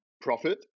profit